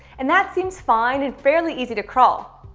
and that seems fine and fairly easy to crawl.